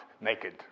naked